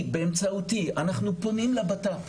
היא באמצעותי אנחנו פונים לבט"פ,